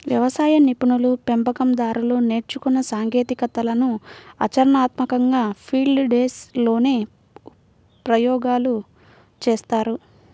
వ్యవసాయ నిపుణులు, పెంపకం దారులు నేర్చుకున్న సాంకేతికతలను ఆచరణాత్మకంగా ఫీల్డ్ డేస్ లోనే ప్రయోగాలు చేస్తారు